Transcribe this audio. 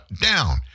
down